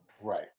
right